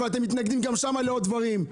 אבל אתם מתנגדים גם שם לעוד דברים.